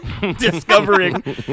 discovering